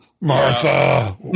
Martha